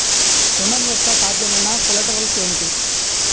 ఋణం యొక్క సాధ్యమైన కొలేటరల్స్ ఏమిటి?